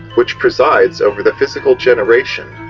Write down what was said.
which presides over the physical generation,